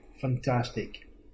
Fantastic